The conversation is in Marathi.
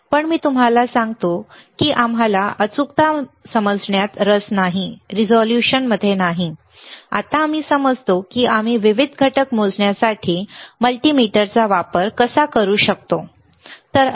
पण मी तुम्हाला सांगतो की आम्हाला अचूकता समजण्यात रस नाही रिझोल्यूशन मध्ये नाही आत्ता आम्ही समजतो की आम्ही विविध घटक मोजण्यासाठी मल्टीमीटरचा वापर कसा करू शकतो ठीक आहे